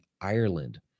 Ireland